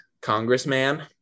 congressman